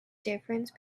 difference